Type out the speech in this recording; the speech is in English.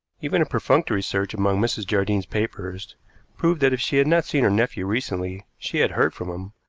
even a perfunctory search among mrs. jardine's papers proved that if she had not seen her nephew recently she had heard from him.